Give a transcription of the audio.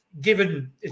given